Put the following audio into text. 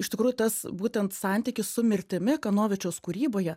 iš tikrųjų tas būtent santykis su mirtimi kanovičiaus kūryboje